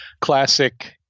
classic